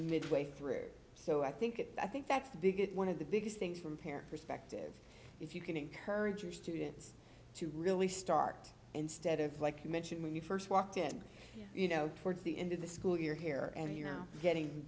midway through so i think it i think that's the biggest one of the biggest things from parent perspective if you can encourage your students to really start instead of like you mentioned when you first walked in you know towards the end of the school year here and you know getting